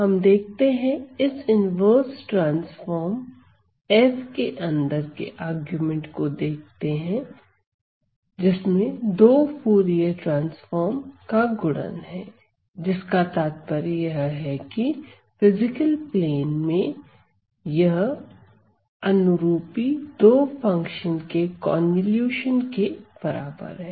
हम देखते हैं इस इन्वर्स ट्रांसफार्म F के अंदर के आर्गुमेंट को देखते हैं जिसमें दो फूरिये ट्रांसफार्म का गुणन है जिसका तात्पर्य यह है कि फिजिकल प्लेन में यह अनुरूपी 2 फंक्शन के कन्वॉल्यूशन के बराबर है